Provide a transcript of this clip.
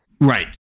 Right